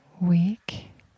week